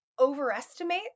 overestimate